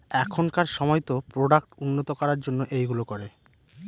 এখনকার সময়তো প্রোডাক্ট উন্নত করার জন্য এইগুলো করে